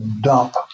dump